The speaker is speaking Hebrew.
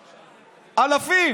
אלפים,